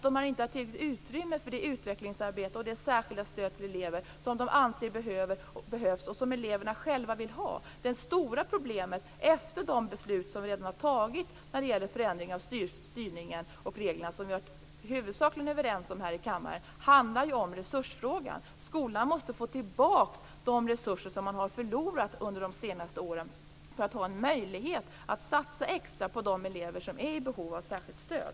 De har inte tillräckligt utrymme för det utvecklingsarbete och det särskilda stöd till elever som de anser behövs och som eleverna själva vill ha. Det stora problemet efter de beslut som vi redan har fattat när det gäller förändringen av styrningen och reglerna - som vi i huvudsak var överens om här i kammaren - är ju frågan om resurserna. Skolorna måste få tillbaka de resurser som man har förlorat under de senaste åren för att ha en möjlighet att satsa extra på de elever som är i behov av särskilt stöd.